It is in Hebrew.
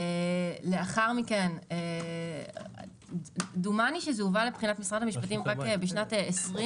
לאחר מכן דומני שזה הובא לבחינת משרד המשפטים רק ב-2020,